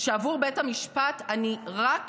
שעבור בית המשפט אני רק